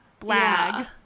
Blag